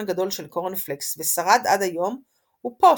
גדול של קורנפלקס ושרד עד היום הוא "פוסט",